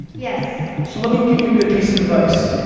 yes. so, let me give you a good piece of advice.